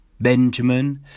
Benjamin